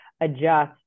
adjust